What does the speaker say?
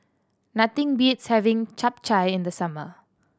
nothing beats having Chap Chai in the summer